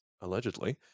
allegedly